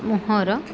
ମୁହଁର